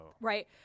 Right